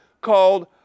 called